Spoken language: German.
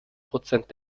prozent